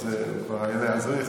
או שמספיק להסתפק ב"אדוני